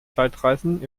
zeitreisen